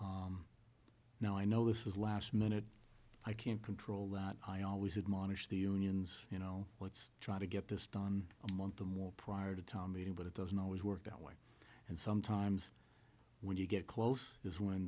it now i know this was last minute i can't control that i always admonished the unions you know let's try to get this done a month or more prior to town meeting but it doesn't always work that way and sometimes when you get close is when